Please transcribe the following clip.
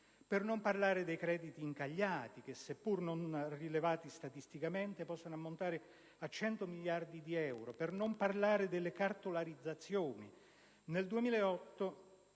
Per non parlare dei crediti incagliati che, seppur non rilevati statisticamente, possono ammontare a 100 miliardi di euro. Per non parlare delle cartolarizzazioni: nel 2008